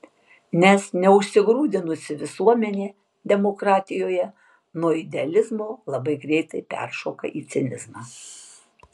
nes neužsigrūdinusi visuomenė demokratijoje nuo idealizmo labai greitai peršoka į cinizmą